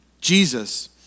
Jesus